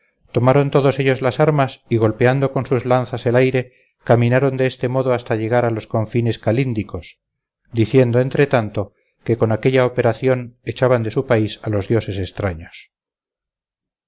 tomaron todos ellos las armas y golpeando con sus lanzas el aire caminaron de este modo hasta llegar a los confines calyndicos diciendo entretanto que con aquella operación echaban de su país a los dioses extraños